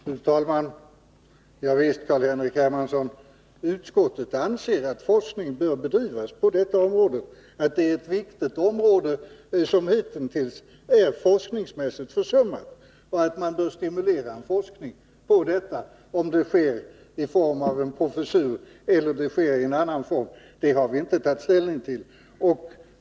Fru talman! Javisst, Carl-Henrik Hermansson, utskottet anser att forskning bör bedrivas på detta område. Det är ett viktigt område, som hittills är forskningsmässigt försummat, och man bör därför stimulera en forskning på detta fält. Om det skall ske i form av en professur eller i annan form har vi inte tagit ställning till.